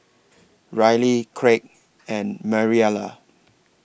Ryley Kraig and Mariela